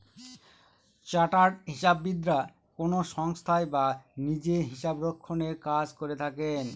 chartered হিসাববিদরা কোনো সংস্থায় বা নিজে হিসাবরক্ষনের কাজ করে থাকেন